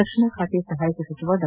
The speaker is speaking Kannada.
ರಕ್ಷಣೆ ಖಾತೆ ಸಹಾಯಕ ಸಚಿವ ಡಾ